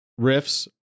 riffs